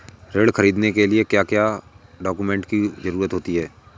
ऋण ख़रीदने के लिए क्या क्या डॉक्यूमेंट की ज़रुरत होती है?